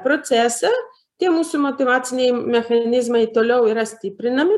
procesą tie mūsų motyvaciniai mechanizmai toliau yra stiprinami